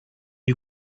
you